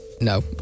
No